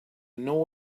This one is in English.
know